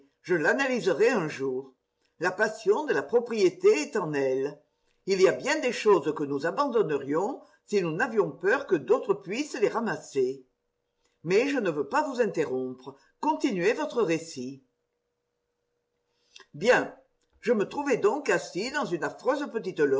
je l'analyserai un jour la passion de la propriété est en elle il y a bien des choses que nous abandonnerions si nous n'avions peur que d'autres puissent les ramasser mais je ne veux pas vous interrompre continuez votre récit bien je me trouvais donc assis dans une affreuse